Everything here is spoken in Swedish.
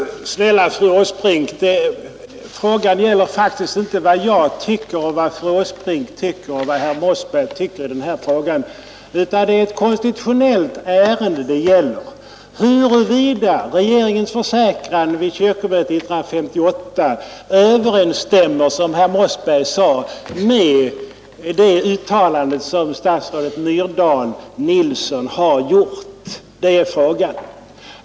Herr talman! Snälla fru Åsbrink, frågan gäller faktiskt inte vad jag, fru Åsbrink eller herr MOssberg tycker om kvinnliga präster, utan det är ett konstitutionellt ärende. Det gäller huruvida regeringens försäkran vid kyrkomötet 1958 överensstämmer, som herr Mossberg sade, med de uttalanden som statsråden Myrdal och Nilsson har gjort.